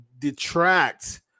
detract